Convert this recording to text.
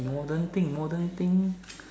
modern thing modern thing